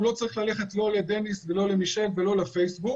הוא לא צריך ללכת לא לדניס ולא למישל ולא לפייסבוק.